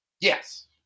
Yes